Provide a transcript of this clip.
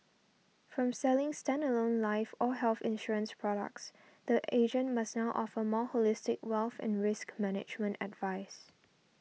from selling standalone life or health insurance products the agent must now offer more holistic wealth and risk management advice